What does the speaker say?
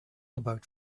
about